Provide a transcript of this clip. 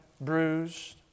bruised